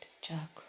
chakra